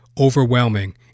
overwhelming